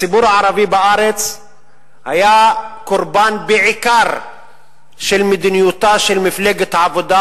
הציבור הערבי בארץ היה קורבן בעיקר של מדיניותה של מפלגת העבודה.